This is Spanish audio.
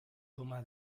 toma